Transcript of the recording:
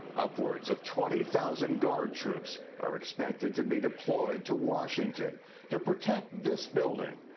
upwards of twenty thousand guard troops are expected to be deployed to washington to protect this building,